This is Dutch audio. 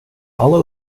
alle